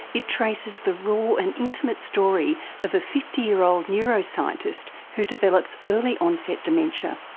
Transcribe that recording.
it traces the raw and intimate story of a fifty year old neuroscientist who develops early onset dementia.